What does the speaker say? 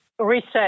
reset